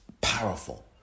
powerful